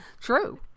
True